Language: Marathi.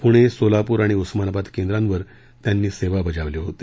पुणे सोलापूर आणि उस्मानाबाद केंद्रांवर त्यांनी सेवा बजावली होती